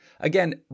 again